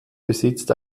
besitzt